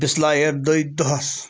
بِسلاے ہٮ۪تھ دٔے دۄہَس